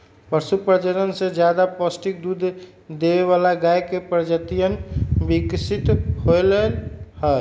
पशु प्रजनन से ज्यादा पौष्टिक दूध देवे वाला गाय के प्रजातियन विकसित होलय है